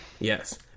Yes